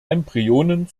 embryonen